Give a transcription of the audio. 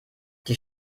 die